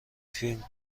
فیلم